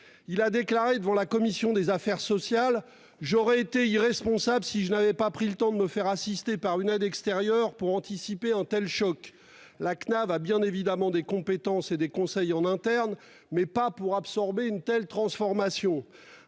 Il a déclaré devant la commission des affaires sociales :« J'aurais été irresponsable si je n'avais pas pris le temps de me faire assister par une aide extérieure pour anticiper un tel choc. La Cnav a bien évidemment des compétences et des conseils en interne, mais pas pour absorber une telle transformation